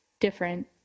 different